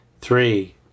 three